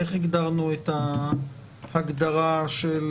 איך הגדרנו את ההגדרה של